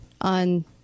on